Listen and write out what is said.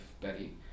Betty